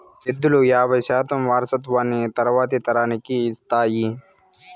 ఎద్దులు యాబై శాతం వారసత్వాన్ని తరువాతి తరానికి ఇస్తాయి